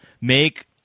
Make